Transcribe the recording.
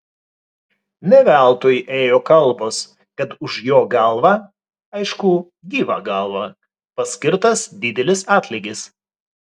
ne veltui ėjo kalbos kad už jo galvą aišku gyvą galvą paskirtas didelis atlygis